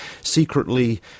secretly